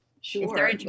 Sure